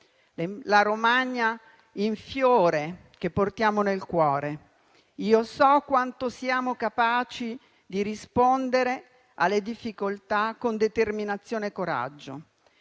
la Romagna in fiore che portiamo nel cuore, e so quanto siamo capaci di rispondere alle difficoltà con determinazione e coraggio.